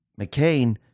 McCain